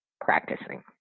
practicing